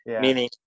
Meaning